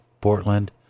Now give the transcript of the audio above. Portland